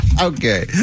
Okay